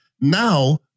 Now